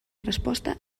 resposta